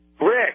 Rick